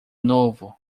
novo